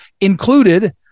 included